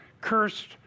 cursed